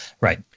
Right